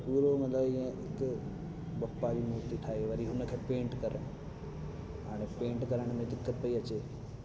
पूरो उन जो ईअं हिक बप्पा जी मूर्ती ठाही वरी उनखे पेंट करण हाणे पेंट करण में दिक़त पई अचे